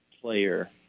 player